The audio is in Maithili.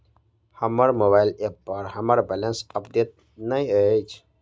हमर मोबाइल ऐप पर हमर बैलेंस अपडेट नहि अछि